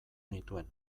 nituen